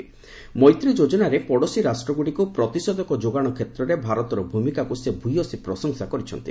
'ମୈତ୍ରୀ' ଯୋଜନାରେ ପଡ଼ୋଶୀ ରାଷ୍ଟ୍ରଗୁଡ଼ିକୁ ପ୍ରତିଷେଧକ ଯୋଗାଣ କ୍ଷେତ୍ରରେ ଭ୍ରମିକାକୁ ସେ ଭୟସୀ ପ୍ରଶଂସା କରିଛନ୍ତି